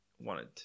wanted